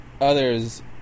others